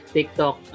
TikTok